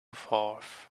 forth